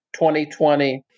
2020